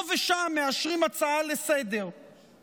פה ושם מאשרים הצעה לסדר-היום,